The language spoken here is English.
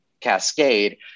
cascade